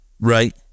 right